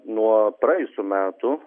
nuo praėjusių metų